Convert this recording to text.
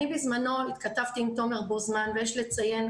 אני בזמנו התכתבתי עם תומר בוזמן ויש לציין,